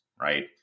right